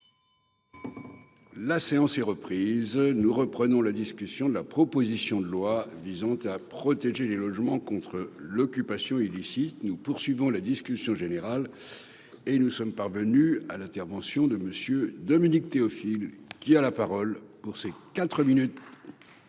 La séance est reprise nous reprenons la discussion de la proposition de loi visant à protéger les logements contre l'occupation illicite, nous poursuivons la discussion générale. Et nous sommes parvenus à l'intervention de Monsieur Dominique Théophile qui a la parole pour ces 4 minutes.